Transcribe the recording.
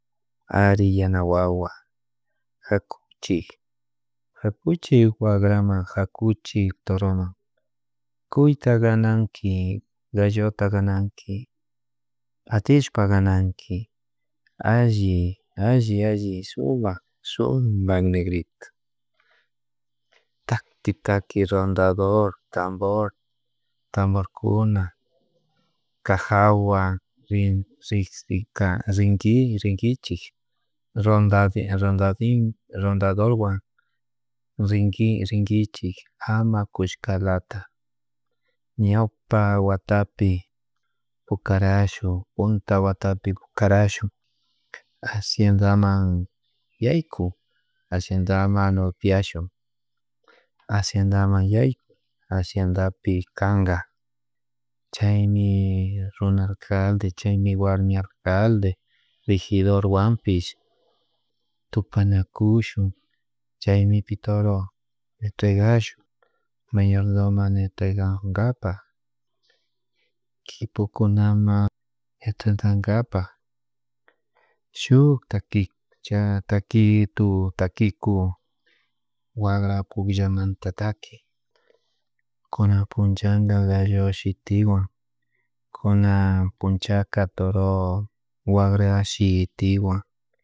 Ari yana wawa jakuchik jakuchik wakraman hakuchik toroman cuyta gananki gallota gananki atishpa ganaki alli alli alli sumak sumak negrito taki taki rondador tambor tamborkuna cajawan rin riksik rinki rinkichin ronda rondadin rondadorwan rinki rinkichik ama kushkalata ñawpa watapi pukarashun punta watapi pukarashun haciendaman yayku haciendamon upiashun haciendaman yay haciendapi kanka chaymi rruna alcalde chaymi warmi alcalde, regidor wampish tupanakushun chaymi pi toro entregashon mayordomon entregangapak kipukunan etentan kapak shuk taki takikutu takiku wagra kullamntatik taki kunan punchaga gallo shitiwan kuna punchaka toro wagra shitiwan